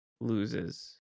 loses